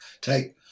Take